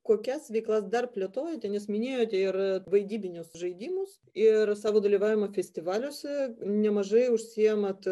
kokias veiklas dar plėtojate jūs minėjote ir vaidybinius žaidimus ir savo dalyvavimą festivaliuose nemažai užsiimat